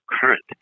current